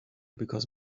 because